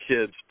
kids